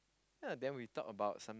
yea then we talk about some